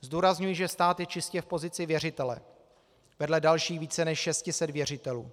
Zdůrazňuji, že stát je čistě v pozici věřitele vedle dalších více než 600 věřitelů.